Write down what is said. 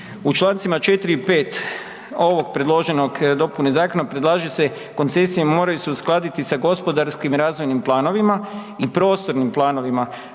U čl. 4. i 5. ovog predloženog dopune zakona predlaže se koncesije moraju se uskladiti sa gospodarskim razvojnim planovima i prostornim planovima.